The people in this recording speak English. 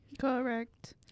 correct